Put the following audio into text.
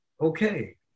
okay